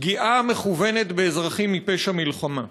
פגיעה מכוונת באזרחים היא פשע מלחמה.